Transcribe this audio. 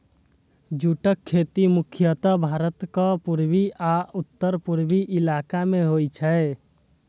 जूटक खेती मुख्यतः भारतक पूर्वी आ उत्तर पूर्वी इलाका मे होइ छै